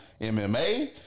MMA